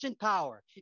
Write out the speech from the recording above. power